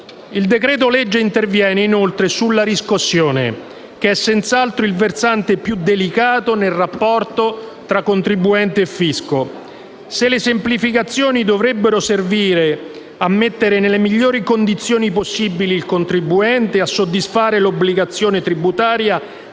Il decreto-legge interviene, inoltre, sulla riscossione, che è senz'altro il versante più delicato nel rapporto tra contribuente e fisco. Se le semplificazioni dovrebbero servire per mettere nelle migliori condizioni possibili il contribuente nel soddisfare l'obbligazione tributaria,